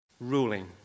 ruling